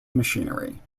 machinery